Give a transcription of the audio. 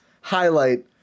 highlight